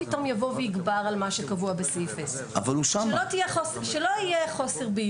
יבוא ויגבר על מה שקבוע בסעיף 10. שלא יהיה חוסר בהירות.